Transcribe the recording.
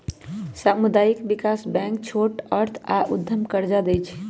सामुदायिक विकास बैंक छोट अर्थ आऽ उद्यम कर्जा दइ छइ